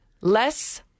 Less